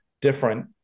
different